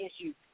issues